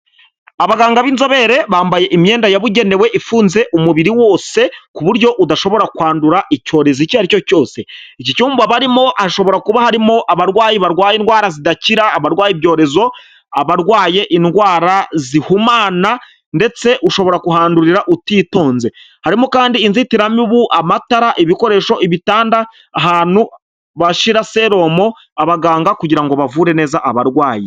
Abaganga b'inzobere bambaye imyenda yabugenewe ifunze umubiri wose ku buryo udashobora kwandura icyorezo icyo ari cyo cyose, iki cyumba barimo hashobora kuba harimo abarwayi barwaye indwara zidakira, abarwaye ibyorezo, abarwaye indwara zihumana ndetse ushobora kuhandurira utitonze. Harimo kandi inzitiramibu, amatara, ibikoresho, ibitanda, ahantu bashira seromo abaganga kugira ngo bavure neza abarwayi.